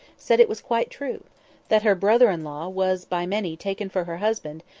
said it was quite true that her brother-in law was by many taken for her husband,